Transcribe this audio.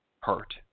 hurt